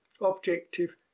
Objective